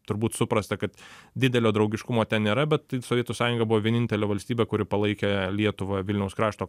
turbūt suprasta kad didelio draugiškumo ten nėra bet sovietų sąjunga buvo vienintelė valstybė kuri palaikė lietuvą vilniaus krašto